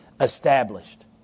established